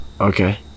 Okay